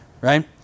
Right